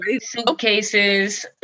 suitcases